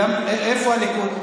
איפה הליכוד?